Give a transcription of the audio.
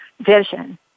vision